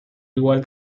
igual